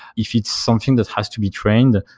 if it's something that has to be trained,